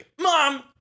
mom